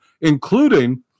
including